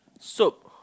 S_O_P